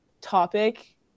topic